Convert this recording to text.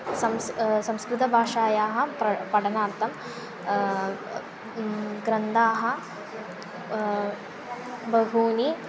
संस् संस्कृतभाषायाः प्र पठनार्थं ग्रन्थाः बहूनि